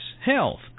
health